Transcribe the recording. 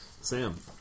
Sam